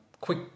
Quick